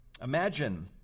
Imagine